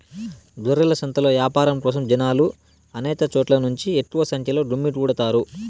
గొర్రెల సంతలో యాపారం కోసం జనాలు అనేక చోట్ల నుంచి ఎక్కువ సంఖ్యలో గుమ్మికూడతారు